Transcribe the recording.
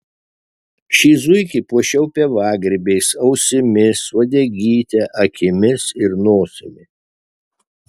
šį zuikį puošiau pievagrybiais ausimis uodegyte akimis ir nosimi